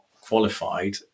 qualified